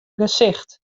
gesicht